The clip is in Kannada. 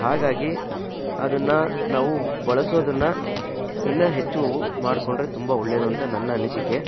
ಹಾಗಾಗಿ ಅದನ್ನು ನಾವು ಬಳಸೋದನ್ನು ಇನ್ನೂ ಹೆಚ್ಚು ಮಾಡ್ಕೊಂಡ್ರೆ ತುಂಬ ಒಳ್ಳೆಯದು ಅಂತ ನನ್ನ ಅನಿಸಿಕೆ